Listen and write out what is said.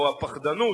או הפחדנות,